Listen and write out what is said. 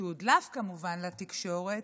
שהודלף כמובן לתקשורת,